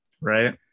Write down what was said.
Right